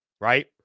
right